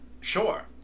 Sure